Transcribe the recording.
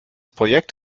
projekt